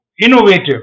innovative